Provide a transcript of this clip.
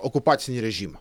okupacinį režimą